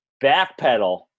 backpedal